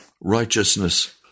righteousness